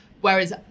Whereas